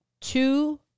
two